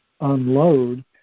unload